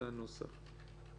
זה הנוסח.